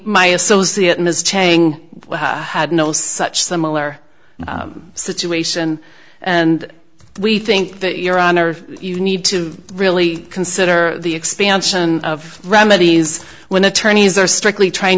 my associate ms chang had no such similar situation and we think that your honor you need to really consider the expansion of remedies when attorneys are strictly trying